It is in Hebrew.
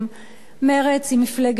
מרצ היא מפלגת שמאל.